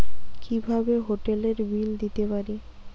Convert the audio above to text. কিভাবে হোটেলের বিল দিতে পারি?